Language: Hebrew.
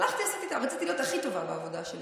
הלכתי, עשיתי, רציתי להיות הכי טובה בעבודה שלי.